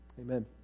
Amen